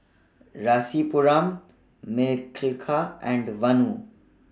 Rasipuram Milkha and Vanu